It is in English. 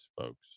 folks